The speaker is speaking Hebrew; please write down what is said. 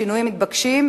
שינויים מתבקשים,